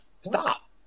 Stop